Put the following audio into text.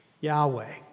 Yahweh